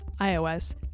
iOS